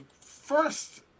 first